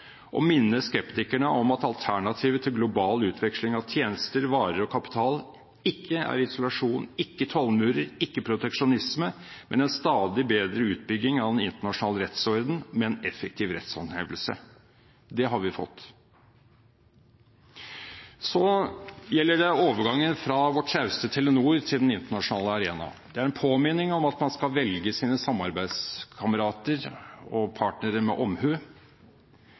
og minne skeptikerne om at alternativet til global utveksling av tjenester, varer og kapital ikke er isolasjon, ikke tollmurer og ikke proteksjonisme, men en stadig bedre utbygging av den internasjonale rettsordenen, med en effektiv rettshåndhevelse. Det har vi fått. Så gjelder det overgangen fra vårt kjæreste Telenor til den internasjonale arenaen. Det er en påminnelse om at man skal velge sine samarbeidskamerater og -partnere med omhu.